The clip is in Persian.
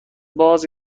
باز